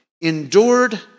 endured